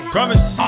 Promise